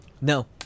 No